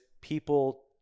people